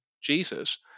Jesus